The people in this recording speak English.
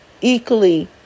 equally